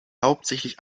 hauptsächlich